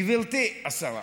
גברתי השרה,